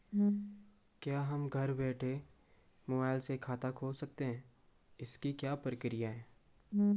क्या हम घर बैठे मोबाइल से खाता खोल सकते हैं इसकी क्या प्रक्रिया है?